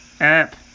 app